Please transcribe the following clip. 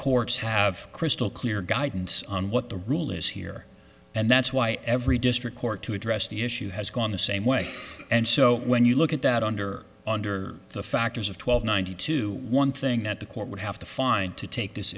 courts have crystal clear guidance on what the rule is here and that's why every district court to address the issue has gone the same way and so when you look at that under under the factors of twelve ninety two one thing that the court would have to find to take this